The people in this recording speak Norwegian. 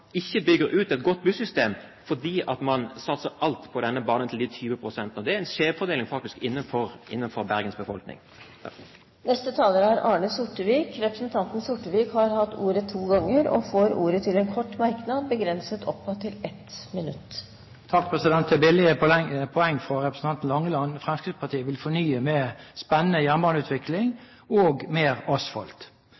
ikke bygger ut et godt bussystem fordi man satser alt på denne banen til de 20 pst. Det er faktisk en skjevfordeling for Bergens befolkning. Representanten Arne Sortevik har hatt ordet to ganger og får ordet til en kort merknad, begrenset oppad til 1 minutt. Det er billige poeng fra representanten Langeland. Fremskrittspartiet vil fornye med spennende jernbaneutvikling